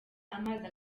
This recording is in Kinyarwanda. amazi